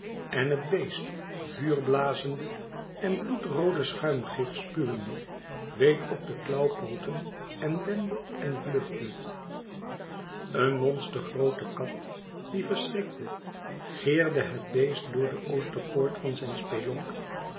en het beest vuur blazende en bloedroode schuimgif spuwende week op de klauwpooten en wendde en vluchtte een monstergroote kat die verschrikte geerde het beest door de oosterpoort van zijn spelonk